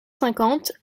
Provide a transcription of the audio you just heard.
cinquante